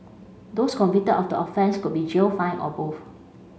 those convicted of the offence could be jailed fined or both